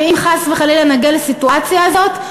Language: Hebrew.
שאם חס וחלילה נגיע לסיטואציה הזאת,